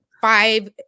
five